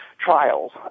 Trials